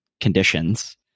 conditions